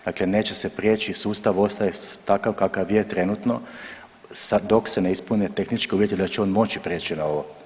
Dakle, neće se prijeći, sustav ostaje takav kakav je trenutno sa, dok se ne ispune tehnički uvjeti da će on moći prijeći na ovo.